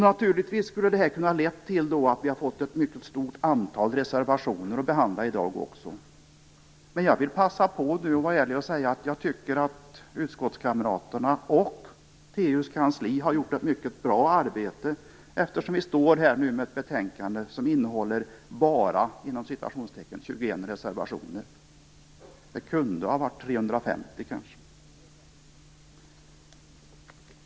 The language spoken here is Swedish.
Naturligtvis skulle det ha kunnat leda till att vi hade fått ett mycket stort antal reservationer att behandla i dag. Men jag vill passa på att vara ärlig och säga att jag tycker att utskottskamraterna och trafikutskottets kansli har gjort ett mycket bra arbete, eftersom vi nu står här med ett betänkande som innehåller "bara" 21 reservationer. Det kunde kanske ha varit 350.